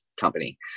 company